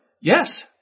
Yes